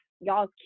y'all